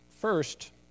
First